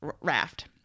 Raft